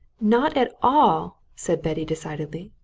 not at all! said betty decidedly.